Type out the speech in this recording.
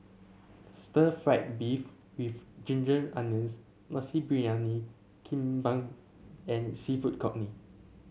Stir Fried Beef with Ginger Onions Nasi Briyani Kambing and seafood congee